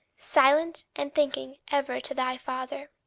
silent, and thinking ever to thy father,